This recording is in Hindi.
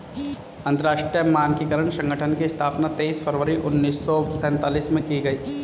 अंतरराष्ट्रीय मानकीकरण संगठन की स्थापना तेईस फरवरी उन्नीस सौ सेंतालीस में की गई